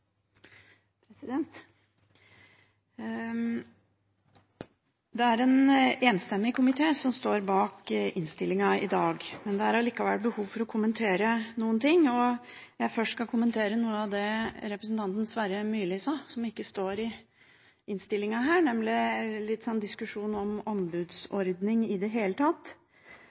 allikevel behov for å kommentere noen ting. Jeg skal først kommentere noe av det representanten Sverre Myrli sa, og som ikke står i innstillingen, nemlig diskusjonen om ombudsordninger i det hele tatt.